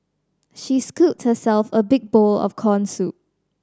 she scooped herself a big bowl of corn soup